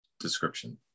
description